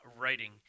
writing